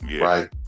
right